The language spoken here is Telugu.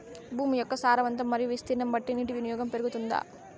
భూమి యొక్క సారవంతం మరియు విస్తీర్ణం బట్టి నీటి వినియోగం పెరుగుతుందా?